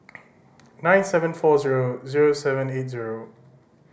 nine seven four zero zero seven eight zero